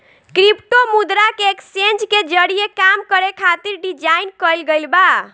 crypto मुद्रा के exchange के जरिए काम करे खातिर डिजाइन कईल गईल बा